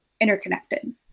interconnected